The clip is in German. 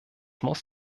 muss